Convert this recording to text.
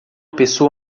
pessoa